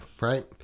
right